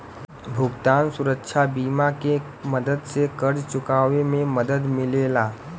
भुगतान सुरक्षा बीमा के मदद से कर्ज़ चुकावे में मदद मिलेला